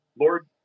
Lord